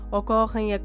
ocorrem